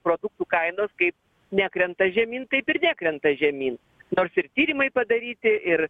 produktų kainos kaip nekrenta žemyn taip ir nekrenta žemyn nors ir tyrimai padaryti ir